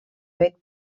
bec